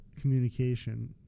communication